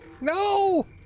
No